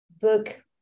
book